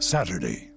Saturday